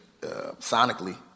sonically